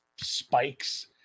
spikes